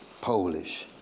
polish,